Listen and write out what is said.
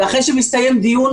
ואחרי שמסתיים דיון,